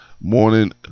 morning